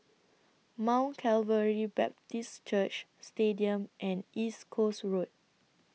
Mount Calvary Baptist Church Stadium and East Coast Road